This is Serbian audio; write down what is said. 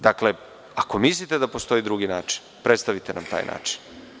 Dakle, ako mislite da postoji drugi način, predstavite nam taj način.